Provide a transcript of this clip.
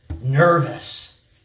nervous